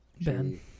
Ben